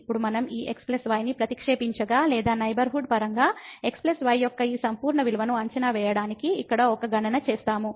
ఇప్పుడు మనం ఈ x y ని ప్రతిక్షేపించగా లేదా నైబర్హుడ్ పరంగా x y యొక్క ఈ సంపూర్ణ విలువను అంచనా వేయడానికి ఇక్కడ ఒక గణన చేస్తాము